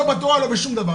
לא בתורה ולא בשום דבר.